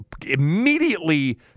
immediately